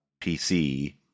PC